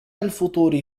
الفطور